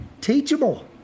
teachable